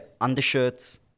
undershirts